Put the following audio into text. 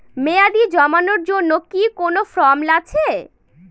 মেয়াদী জমানোর জন্য কি কোন ফর্ম আছে?